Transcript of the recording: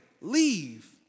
Leave